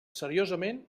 seriosament